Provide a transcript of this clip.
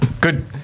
Good